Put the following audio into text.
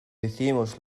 hicimos